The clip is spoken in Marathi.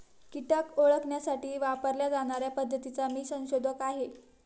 कीटक ओळखण्यासाठी वापरल्या जाणार्या पद्धतीचा मी संशोधक आहे